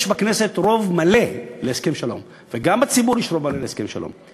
יש בכנסת רוב מלא להסכם שלום וגם בציבור יש רוב מלא להסכם שלום.